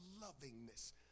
lovingness